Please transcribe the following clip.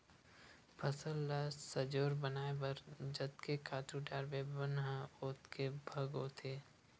फसल ल सजोर बनाए बर जतके खातू डारबे बन ह ओतके भोगाथे